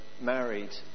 married